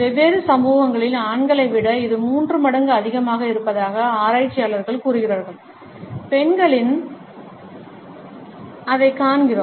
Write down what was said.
வெவ்வேறு சமூகங்களில் ஆண்களை விட இது மூன்று மடங்கு அதிகமாக இருப்பதாக ஆராய்ச்சியாளர்கள் கூறுகிறார்கள் பெண்களில் அதைக் காண்கிறோம்